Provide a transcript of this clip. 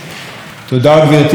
תודה, גברתי היושבת-ראש.